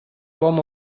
form